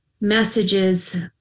messages